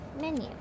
menu